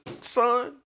son